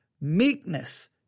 meekness